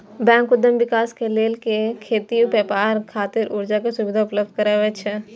bank उद्यम विकास लेल लोक कें खेती, व्यापार खातिर कर्ज के सुविधा उपलब्ध करबै छै